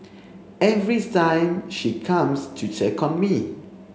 every time she comes to check on me